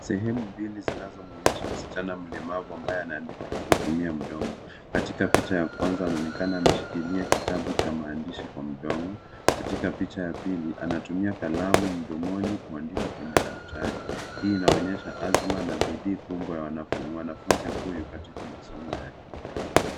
Sehemu mbili zinazomwonyesha msichana mlemavu ambaye anaandika kwa kutumia mdomo. Katika picha ya kwanza anaonekana ameshikilia kitabu cha maandishi kwa mdomo. Katika picha ya pili anatumia kalamu mdomoni kuandika kwenye daftari. Hii inaonyesha azma na bidii kubwa ya mwanafunzi huyu katika masomo yake.